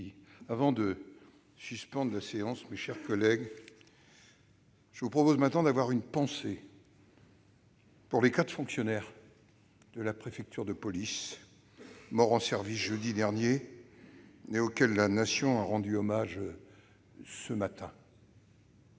signe d'hommage à Philippe Madrelle, je vous propose maintenant d'avoir une pensée pour les quatre fonctionnaires de la préfecture de police de Paris, morts en service jeudi dernier et auxquels la Nation a rendu hommage ce matin.